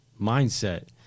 mindset